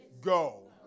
go